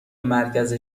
مرکز